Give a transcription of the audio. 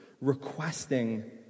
requesting